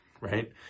right